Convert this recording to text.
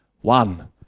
one